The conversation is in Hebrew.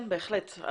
כן, בהחלט.